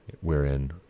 wherein